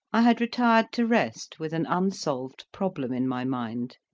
i had retired to rest with an unsolved problem in my mind.